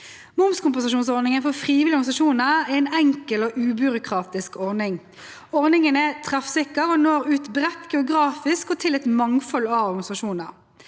Momskompensasjonsordningen for frivillige organisasjoner er en enkel og ubyråkratisk ordning. Ordningen er treffsikker og når ut bredt geografisk og til et mangfold av organisasjoner.